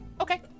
Okay